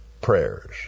prayers